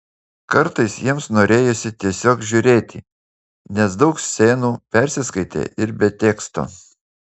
kartais jiems norėjosi tiesiog žiūrėti nes daug scenų persiskaitė ir be teksto